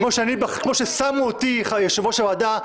כמו ששמו אותי יושב-ראש ועדה,